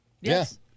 Yes